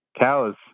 cows